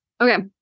okay